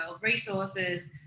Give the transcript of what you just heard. resources